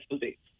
dates